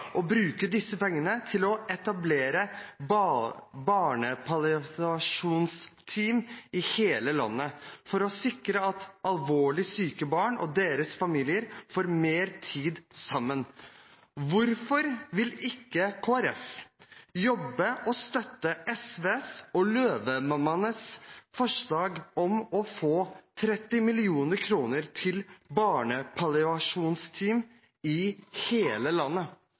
bruke disse pengene til å etablere barnepalliasjonsteam i hele landet for å sikre at alvorlig syke barn og familiene deres får mer tid sammen. Hvorfor vil ikke Kristelig Folkeparti jobbe for og støtte SVs og Løvemammaenes forslag om å få 30 mill. kr til barnepalliasjonsteam i hele landet?